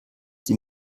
die